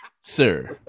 sir